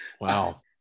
Wow